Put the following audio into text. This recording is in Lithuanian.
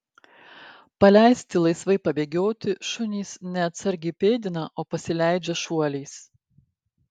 paleisti laisvai pabėgioti šunys ne atsargiai pėdina o pasileidžia šuoliais